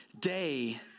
day